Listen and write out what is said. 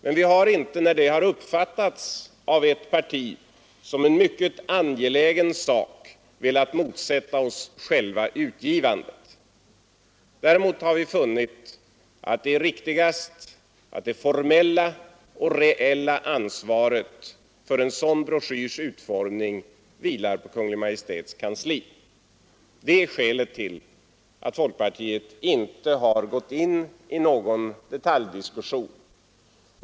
Eftersom det av ett annat parti har ansetts vara en mycket angelägen sak, har vi emellertid inte velat motsätta oss själva utgivandet. Däremot har vi funnit att det är riktigast att det formella och reella ansvaret för en sådan broschyrs utformning vilar på Kungl. Maj:ts kansli. Det är skälet till att folkpartiet inte har gått in i någon detaljdiskussion.